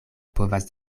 povas